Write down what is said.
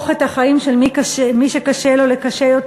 את החיים של מי שקשה לו לקשים יותר.